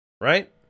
right